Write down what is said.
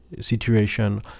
situation